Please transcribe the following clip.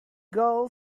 girl